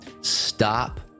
Stop